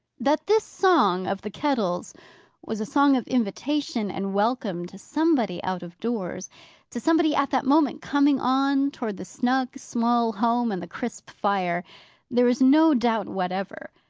that this song of the kettle's was a song of invitation and welcome to somebody out of doors to somebody at that moment coming on towards the snug small home and the crisp fire there is no doubt whatever.